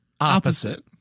opposite